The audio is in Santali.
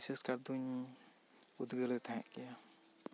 ᱵᱤᱥᱮᱥᱠᱟᱨ ᱫᱚᱹᱧ ᱩᱫᱽᱜᱟᱹᱣ ᱞᱮᱫᱮ ᱛᱟᱦᱮᱸ ᱜᱮᱭᱟ